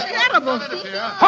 terrible